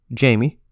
jamie